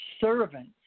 servants